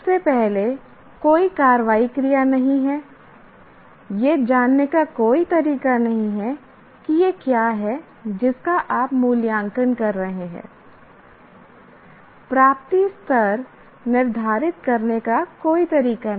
सबसे पहले कोई कार्रवाई क्रिया नहीं है यह जानने का कोई तरीका नहीं है कि यह क्या है जिसका आप मूल्यांकन कर रहे हैं प्राप्ति स्तर निर्धारित करने का कोई तरीका नहीं